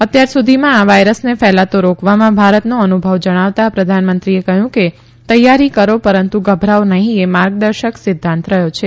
અત્યાર સુધીમાં આ વાથરસને ફેલાતો રોકવામાં ભારતો અનુભવ જણાવતા પ્રધનમંત્રીએ કહ્યું કે તૈયારી કરો પરંતુ ગભરાઓ નહી એ માર્ગદર્શક સિધ્ધાંત રહથો છે